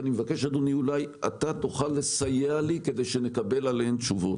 ואני מבקש שאולי אתה תוכל לסייע לי כדי שנקבל עליהן תשובות.